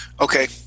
Okay